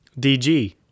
DG